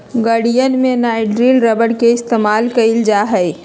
गड़ीयन में nitrile rubber के इस्तेमाल कइल जा हई